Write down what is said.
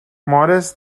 morris